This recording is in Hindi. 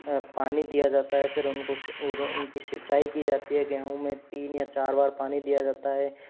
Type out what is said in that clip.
पानी दिया जाता है फिर उनको उन उनकी सिंचाई की जाती है गेंहू में तीन या चार बार पानी दिया जाता है